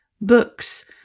Books